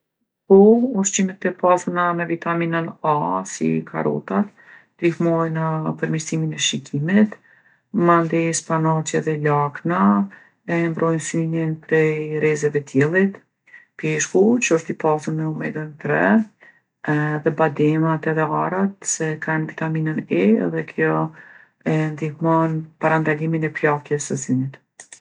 Po, ushqimet e pasuna me vitaminën A, si karrotat, ndihmojnë përmirsimin e shikimit, mandej spanaqi edhe lakna e mbrojnë synin prej rrezeve t'diellit. Peshku, që osht i pasun me mega tre, edhe bademat edhe arrat se kanë vitaminën E edhe kjo e ndihmon parandalimin e plakjes së synit.